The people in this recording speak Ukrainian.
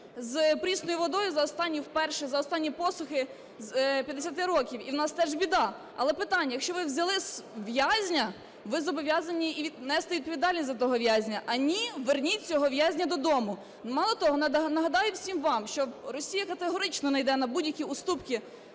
з прісною водою вперше за останні посухи з 50 років, і у нас теж біда. Але питання: якщо ви взяли в'язня – ви зобов'язані нести відповідальність за того в'язня, а ні – верніть цього в'язня до дому. Мало того, нагадаю всім вам, що Росія категорично не йде на будь-які уступки